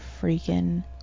freaking